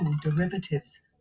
derivatives